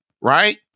right